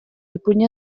ipuin